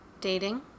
dating